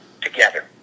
together